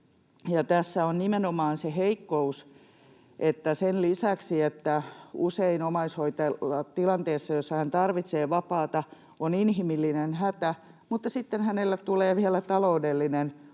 Tässä on nimenomaan se heikkous, että sen lisäksi, että usein omaishoitajalla tilanteessa, jossa hän tarvitsee vapaata, on inhimillinen hätä, hänelle tulee vielä taloudellinen